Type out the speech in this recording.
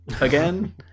again